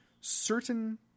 Certain